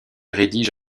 rédige